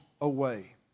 away